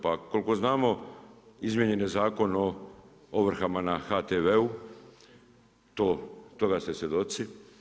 Pa koliko znamo izmijenjen je Zakon o ovrhama na HTV-u, toga ste svjedoci.